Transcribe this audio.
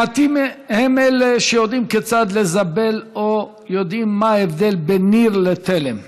מעטים הם אלה שיודעים כיצד לזבל או יודעים מה ההבדל בין ניר לתלם.